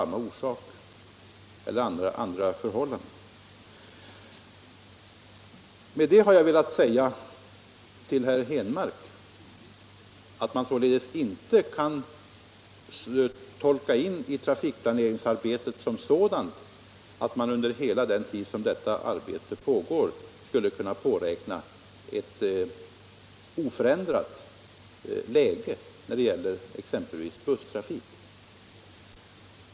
Med detta har jag velat säga till herr Henmark att man inte genom trafikplaneringsarbetet som sådant kan påräkna ett oförändrat läge när det gäller exempelvis busstrafik under hela den tid som arbetet pågår.